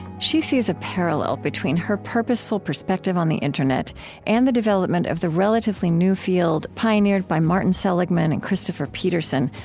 she sees a parallel between her purposeful perspective on the internet and the development of the relatively new field, pioneered by martin seligman and christopher peterson,